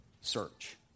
search